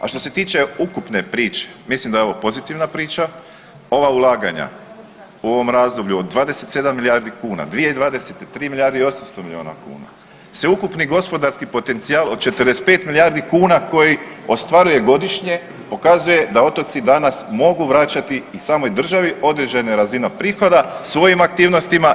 A što se tiče ukupne priče, mislim da je ovo pozitivna priča, ova ulaganja u ovom razdoblju od 27 milijardi kuna, 2020. 3 milijardi 3 milijardi i 800 milijuna kuna, sveukupni gospodarski potencijal od 45 milijardi kuna koji ostvaruje godišnje, pokazuje da otoci mogu vraćati i samoj državi određene razine prihoda svojim aktivnostima